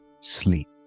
sleep